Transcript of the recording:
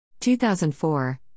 2004